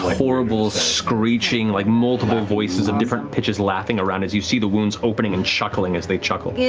horrible, screeching, like multiple voices of different pitches laughing around as you see the wounds opening and chuckling as they chuckle. yeah